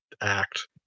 act